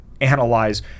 analyze